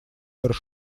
дер